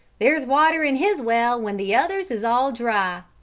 there's water in his well when the others is all dry!